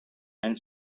and